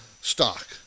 stock